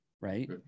right